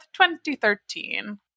2013